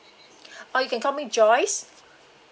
oh you can call me joyce